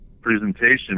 presentation